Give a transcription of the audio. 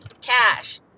cash